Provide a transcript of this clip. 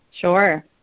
Sure